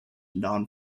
non